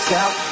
out